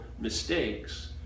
mistakes